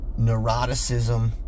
neuroticism